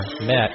met